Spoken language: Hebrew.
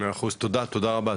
תודה רבה.